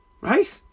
right